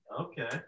Okay